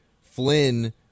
Flynn